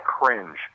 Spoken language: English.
cringe